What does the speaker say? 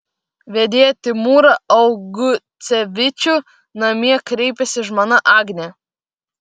vedėją timūrą augucevičių namie kreipiasi žmona agnė